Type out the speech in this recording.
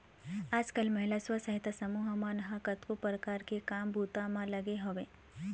आजकल महिला स्व सहायता समूह मन ह कतको परकार ले काम बूता म लगे हवय